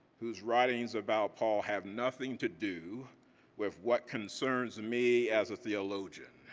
whose writings about paul have nothing to do with what concerns me as a theologian,